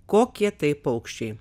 kokie tai paukščiai